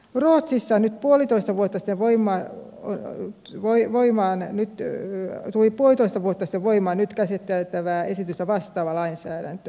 ruotsissa tuli puolitoista vuotta sitten voimaan nyt käsiteltävää esitystä vastaava lainsäädäntö